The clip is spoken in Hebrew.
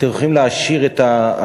אתם הולכים להעשיר את העשירים.